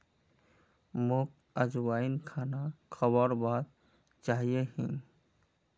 मोक अजवाइन खाना खाबार बाद चाहिए ही